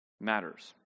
matters